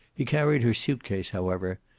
he carried her suitcase, however,